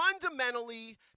fundamentally